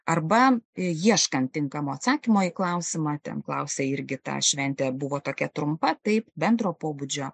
arba ieškant tinkamo atsakymo į klausimą ten klausia jurgita ar šventė buvo tokia trumpa taip bendro pobūdžio